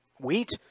wheat